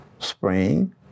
spring